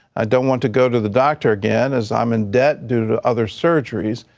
i don't want to go to the doctor again as i'm in debt due to other surgeries.